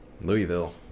louisville